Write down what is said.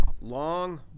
long